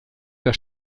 der